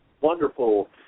wonderful